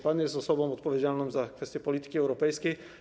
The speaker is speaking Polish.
Pan jest osobą odpowiedzialną za kwestię polityki europejskiej.